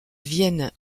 vienne